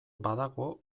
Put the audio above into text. badago